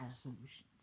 solutions